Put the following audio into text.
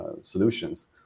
solutions